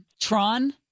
Tron